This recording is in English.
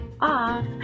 off